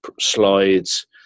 slides